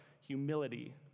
humility